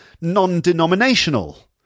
non-denominational